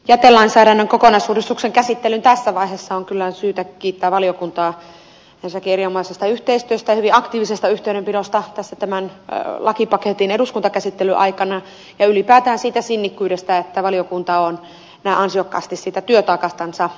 jätelainsäädännön kokonaisuudistuksen käsittelyn tässä vaiheessa on kyllä syytä kiittää valiokuntaa ensinnäkin erinomaisesta yhteistyöstä ja hyvin aktiivisesta yhteydenpidosta tämän lakipaketin eduskuntakäsittelyn aikana ja ylipäätään siitä sinnikkyydestä että valiokunta on näin ansiokkaasti työtaakastansa selvinnyt